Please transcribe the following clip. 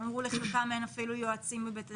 הם אמרו שלחלקם אין אפילו יועצים בבתי הספר.